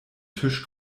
tisch